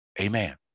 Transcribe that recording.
Amen